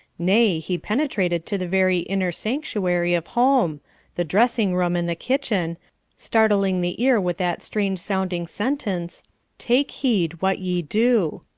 nay, he penetrated to the very inner sanctuary of home the dressing-room and the kitchen startling the ear with that strange-sounding sentence take heed what ye do.